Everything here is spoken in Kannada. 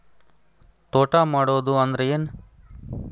ತೋಟ ಮಾಡುದು ಅಂದ್ರ ಏನ್?